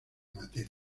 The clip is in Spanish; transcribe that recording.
materia